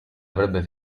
avrebbe